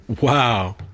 Wow